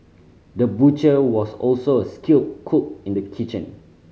the butcher was also a skilled cook in the kitchen